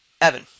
Evan